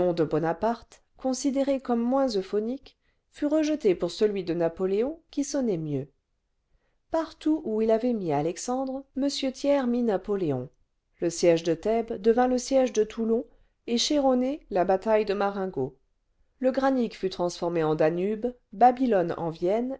de bonaparte considéré comme moins euphonique fut rejeté pour celui de napoléon qui sonnait mieux partout où il avait mis alexandre m thiers mit napoléon le siège de thèbes devint le siège de toulon et chéronée la bataille de marengo le granique fut transformé en danube babylone en vienne